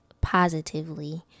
positively